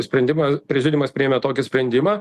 sprendimą prezidiumas priėmė tokį sprendimąq